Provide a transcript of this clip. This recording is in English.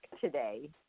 today